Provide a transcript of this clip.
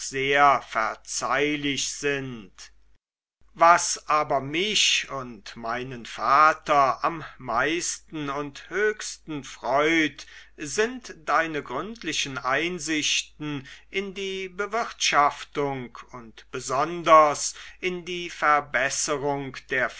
sehr verzeihlich sind was aber mich und meinen vater am meisten und höchsten freut sind deine gründlichen einsichten in die bewirtschaftung und besonders in die verbesserung der